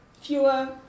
fewer